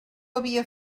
havia